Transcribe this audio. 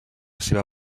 seva